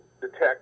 detect